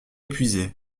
épuisé